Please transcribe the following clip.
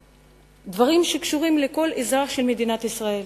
דברים שקשורים לכל אזרח של מדינת ישראל.